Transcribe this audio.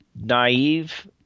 naive